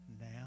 Now